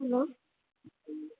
hello